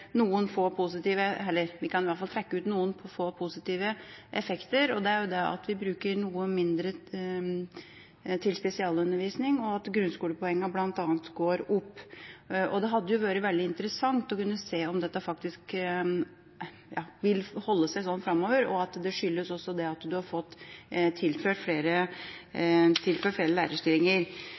noen få positive effekter: at vi bruker noe mindre til spesialundervisning, og at grunnskolepoengene, bl.a., går opp. Det hadde vært veldig interessant å se om dette faktisk vil holde seg slik framover, og om det skyldes det at en har fått tilført flere lærerstillinger.